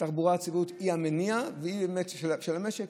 התחבורה הציבורית היא המניע של המשק,